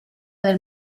nel